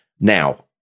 now